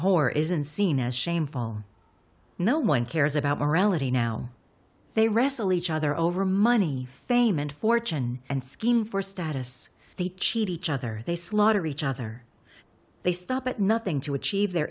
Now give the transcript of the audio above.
whore isn't seen as shameful no one cares about morality now they wrestle each other over money fame and fortune and scheme for status the cheat each other they slaughter each other they stop at nothing to achieve their